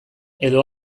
edo